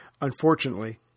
Unfortunately